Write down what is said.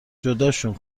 جداشون